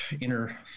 inner